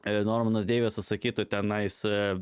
e normanas deivisas sakytų tenais a